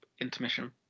intermission